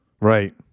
Right